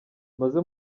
maze